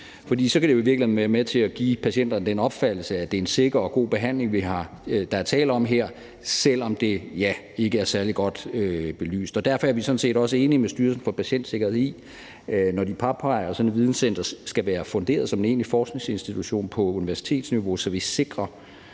For så kan det jo i virkeligheden være med til at give patienterne den opfattelse, at det er en sikker og god behandling, der er tale om her, selv om det, ja, ikke er særlig godt belyst. Derfor er vi sådan set også enige med Styrelsen for Patientsikkerhed, når de påpeger, at sådan et videncenter skal være funderet som en egentlig forskningsinstitution på universitetsniveau, så vi sikrer,